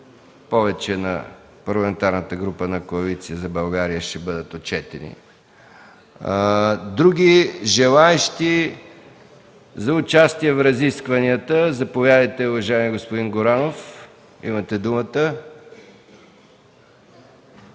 отчетени на Парламентарната група на Коалиция за България. Други желаещи за участие в разискванията? Заповядайте, уважаеми господин Горанов, имате думата.